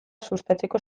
sustatzeko